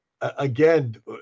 again